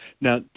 Now